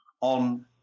on